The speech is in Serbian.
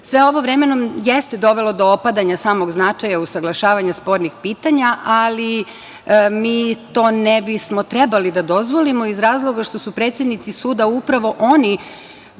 ovo vremenom jeste dovelo do opadanja samog značaja usaglašavanja spornih pitanja, ali mi to ne bismo trebali da dozvolimo, iz razloga što su predsednici suda upravo oni